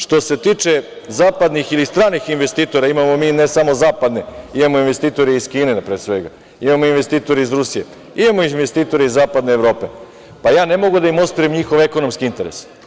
Što se tiče zapadnih ili stranih investitora, imamo mi ne samo zapadne, imamo i investitore iz Kine, pre svega, imamo investitore iz Rusije, imamo investitore iz Zapadne Evrope, pa ja ne mogu da im … njihov ekonomske interese.